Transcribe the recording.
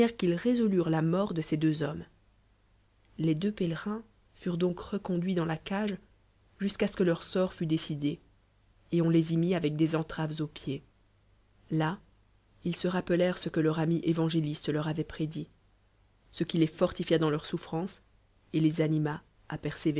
qu'ils résolurent la raorl de ces deux hommes les deux pél rids fure t donc reconduite dans la cagç jusqu'à ce que leur sort fdt décidé et on les y roït avec des entraves aux pieds là ile e rappelèrent ce que leur ami évangeliste leur avoit prédit ge qui les fortifia dans lenrs souffrances et les le